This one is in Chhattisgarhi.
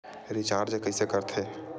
रिचार्ज कइसे कर थे?